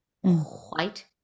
White